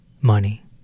money